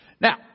Now